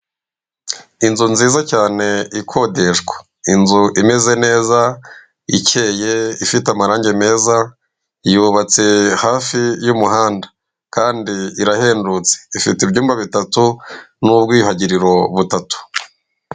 Inzu nziza cyane ikodeshwa. Inzu imeze neza, icyeye, ifite amarange meza, yubatse hafi y'umuhanda, kandi irahendutse. Ifite ibyumba bitatu, n'ubwiyuhagiriro butatu.